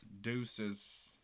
deuces